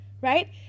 right